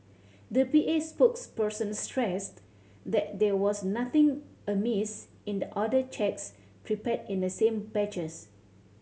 the P A spokesperson stressed that there was nothing amiss in the other cheques prepared in the same batches